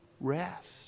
rest